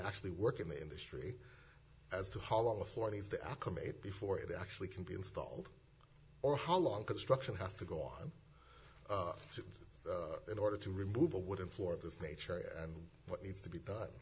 actually work in the industry as to haul authorities to acclimate before it actually can be installed or how long construction has to go on in order to remove a wooden floor of this nature and what needs to be done